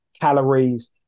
calories